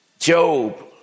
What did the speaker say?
Job